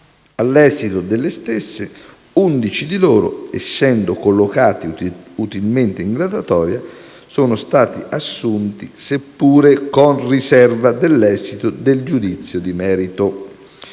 All'esito delle stesse, 11 di loro, essendosi collocati utilmente in graduatoria, sono stati assunti seppure con riserva dell'esito del giudizio di merito.